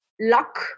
luck